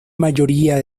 mayoría